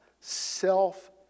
self